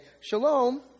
Shalom